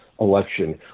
election